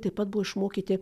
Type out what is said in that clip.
taip pat buvo išmokyti